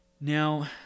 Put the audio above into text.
now